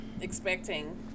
expecting